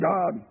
God